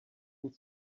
even